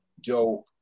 Joe